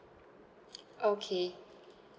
okay